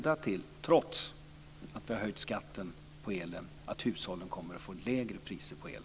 Det kommer, trots att vi har höjt skatten på el, att leda till att hushållen kommer att få lägre priser på el.